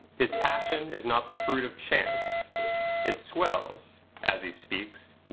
his passion is not the fruit of chance it swells, as he speaks,